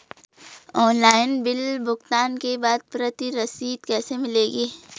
Online bill भुगतान के बाद प्रति रसीद कैसे मिलेगी?